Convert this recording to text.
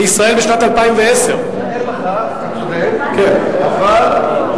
בישראל בשנת 2010. אתה צודק.